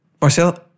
Marcel